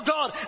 God